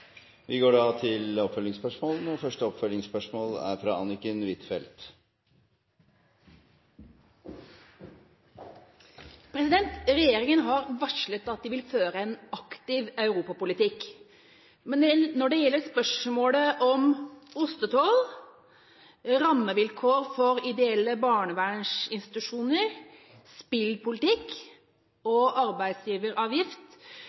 oppfølgingsspørsmål – først Anniken Huitfeldt. Regjeringa har varslet at den vil føre en aktiv europapolitikk. Men når det gjelder spørsmålet om ostetoll, rammevilkår for ideelle barnevernsinstitusjoner, spillpolitikk